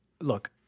look